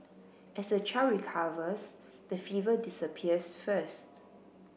as the child recovers the fever disappears first